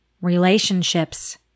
relationships